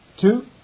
Two